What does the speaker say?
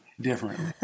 differently